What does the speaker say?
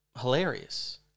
hilarious